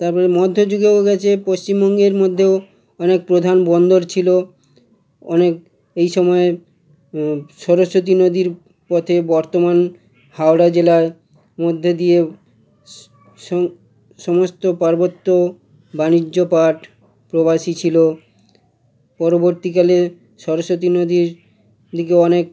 তারপরে মধ্য যুগেও গিয়েছে পশ্চিমবঙ্গের মধ্যেও অনেক প্রধান বন্দর ছিল অনেক এই সময়ে সরস্বতী নদীর পথে বর্তমান হাওড়া জেলার মধ্যে দিয়েও সমস্ত পার্বত্য বাণিজ্যপাঠ প্রবাসী ছিল পরবর্তীকালে সরস্বতী নদীর দিকেও অনেক